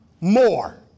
more